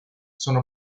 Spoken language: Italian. sono